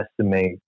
estimate